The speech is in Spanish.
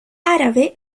árabe